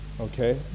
okay